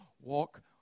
walk